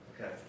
Okay